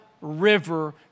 River